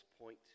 point